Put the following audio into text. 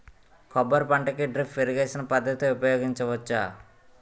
కొబ్బరి పంట కి డ్రిప్ ఇరిగేషన్ పద్ధతి ఉపయగించవచ్చా?